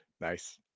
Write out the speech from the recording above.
Nice